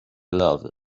love